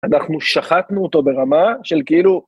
אנחנו שחטנו אותו ברמה של כאילו...